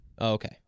Okay